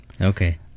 Okay